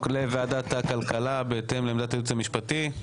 לוועדת הכלכלה בהתאם לעמדת הייעוץ המשפטי?